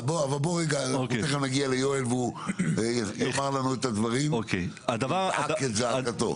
תכף נגיע ליואל והוא יאמר לנו את הדברים ויזעק את זעקתו.